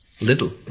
little